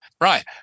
right